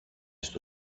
στο